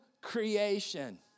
creation